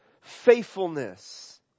faithfulness